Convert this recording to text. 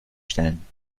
stellen